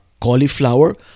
cauliflower